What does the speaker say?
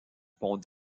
pont